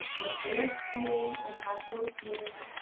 and if they are cruel and have no feeling,